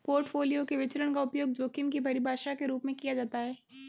portfolio के विचरण का उपयोग जोखिम की परिभाषा के रूप में किया जाता है